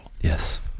Yes